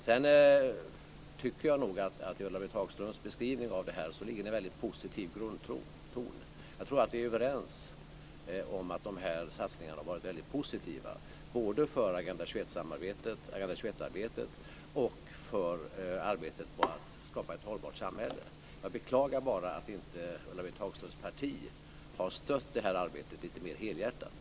Jag tycker nog att det i Ulla-Britt Hagströms beskrivning av detta ligger en väldigt positiv grundton. Jag tror att vi är överens om att dessa satsningar har varit väldigt positiva både för Agenda 21-arbetet och för arbetet på att skapa ett hållbart samhälle. Jag beklagar bara att inte Ulla-Britt Hagströms parti har stött detta arbete lite mer helhjärtat.